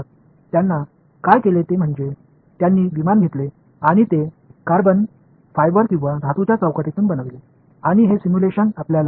எனவே இந்த எளிய எடுத்துக்காட்டில் அவர்கள் என்ன செய்தார்கள் என்றாள் ஒரு விமானத்தை எடுத்து கார்பன் ஃபைபர் அல்லது ஒரு உலோக சட்டத்திலிருந்து உருவாக்கியுள்ளனர்